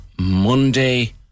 Monday